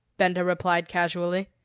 benda replied casually.